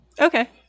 Okay